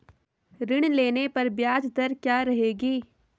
ऋण लेने पर ब्याज दर क्या रहेगी?